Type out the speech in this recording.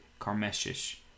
Karmeshish